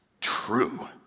true